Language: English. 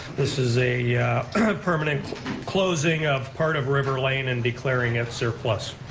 this is a permanent closing of part of river lane and declaring it surplus.